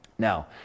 Now